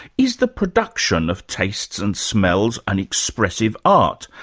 is the production of tastes and smells an expressive art,